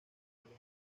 malos